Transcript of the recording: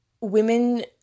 women